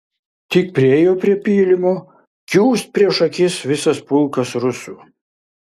tik priėjo prie pylimo kiūst prieš akis visas pulkas rusų